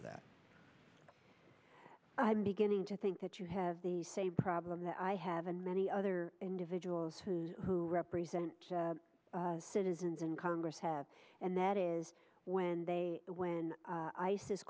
to that i'm beginning to think that you have the same problem that i have and many other individuals who who represent citizens in congress have and that is when they when